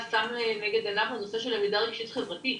שם לנגד עיניו בנושא של למידה רגשית חברתית,